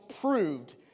proved